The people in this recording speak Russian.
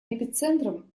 эпицентром